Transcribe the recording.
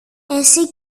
εσύ